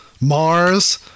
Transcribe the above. Mars